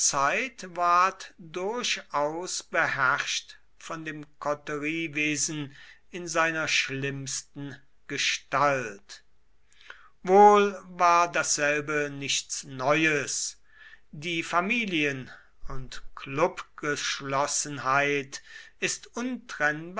durchaus beherrscht von dem koteriewesen in seiner schlimmsten gestalt wohl war dasselbe nichts neues die familien und klubgeschlossenheit ist untrennbar